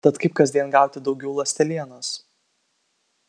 tad kaip kasdien gauti daugiau ląstelienos